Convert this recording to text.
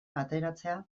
ateratzea